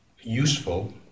useful